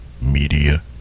Media